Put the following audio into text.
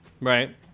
Right